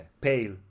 Pale